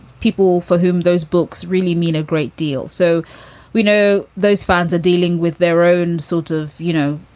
people for whom those books really mean a great deal. so we know those fans are dealing with their own sort of, you know,